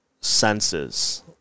senses